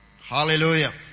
Hallelujah